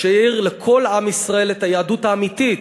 שיאיר לכל עם ישראל את היהדות האמיתית,